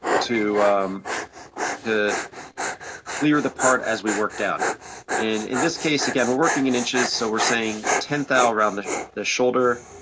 to to clear the part as we work down, and in this case, again, we're working in inches, so we're saying ten tow around the the shoulder,